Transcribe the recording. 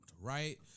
right